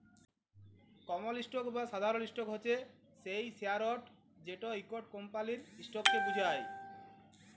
কমল stock বা সাধারল stock হছে সেই শেয়ারট যেট ইকট কমপালির ইসটককে বুঝায়